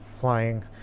flying